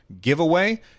giveaway